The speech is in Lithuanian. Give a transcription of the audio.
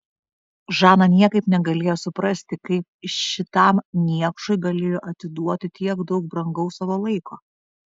žana niekaip negalėjo suprasti kaip šitam niekšui galėjo atiduoti tiek daug brangaus savo laiko